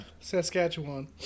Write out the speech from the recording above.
Saskatchewan